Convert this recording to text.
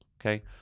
Okay